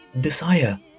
desire